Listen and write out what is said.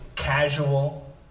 casual